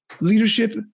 leadership